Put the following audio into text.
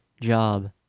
job